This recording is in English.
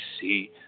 see